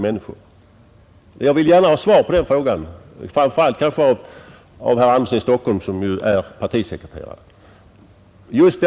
Jag vill gärna ha svar på just den frågan, framför allt från herr Andersson i Stockholm som ju är partisekreterare.